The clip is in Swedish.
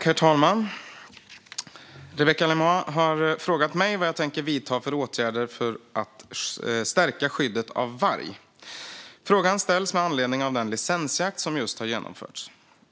Herr talman! Rebecka Le Moine har frågat mig vad jag tänker vidta för åtgärder för att stärka skyddet av vargen. Frågan ställs med anledning av den licensjakt som just har genomförts.